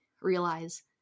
realize